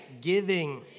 giving